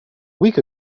week